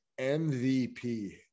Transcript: MVP